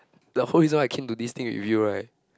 the whole reason why I came to this thing with you right